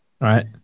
Right